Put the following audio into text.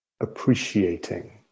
appreciating